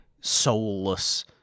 soulless